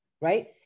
right